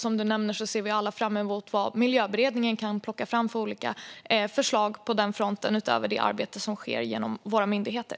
Som du nämner ser vi alla fram emot vad miljöberedningen kan plocka fram för olika förslag på den fronten utöver det arbete som sker genom våra myndigheter.